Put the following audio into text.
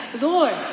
Lord